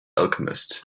alchemist